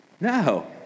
No